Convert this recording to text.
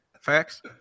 facts